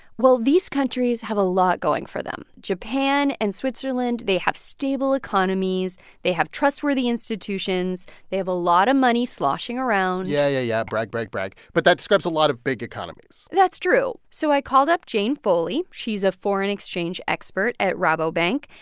well, these countries have a lot going for them. japan and switzerland, they have stable economies. they have trustworthy institutions. they have a lot of money sloshing around yeah, yeah, yeah. brag. brag. brag. but that describes a lot of big economies that's true. so i called up jane foley. she's a foreign exchange expert at rabobank.